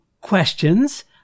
questions